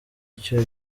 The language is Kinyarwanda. icyo